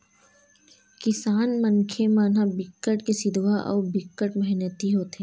किसान मनखे मन ह बिकट के सिधवा अउ बिकट मेहनती होथे